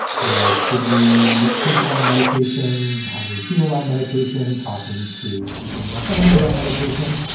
you know, should we think about medication? how do we feel about medication, talking to people in our family about medication?